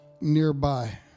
nearby